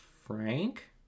Frank